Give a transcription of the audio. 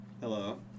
Hello